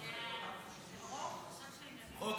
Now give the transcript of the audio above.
חוק